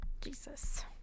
Jesus